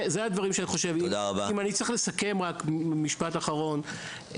אם אני רק צריך לסכם במשפט אחרון,